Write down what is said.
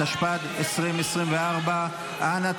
התשפ"ד 2024. אנא,